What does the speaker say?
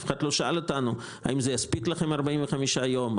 אף אחד לא שאל אותנו אם יספיקו לנו 45 יום,